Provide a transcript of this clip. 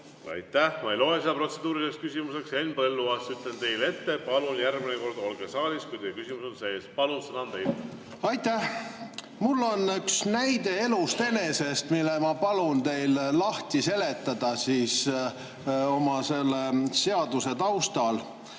Aitäh! Ma ei loe seda protseduuriliseks küsimuseks. Henn Põlluaas, ütlen teile ette, palun järgmine kord olge saalis, kui teie küsimuse [soov] on sees. Palun, sõna on teil! Aitäh! Mul on üks näide elust enesest, mille ma palun teil lahti seletada selle oma seaduse taustal.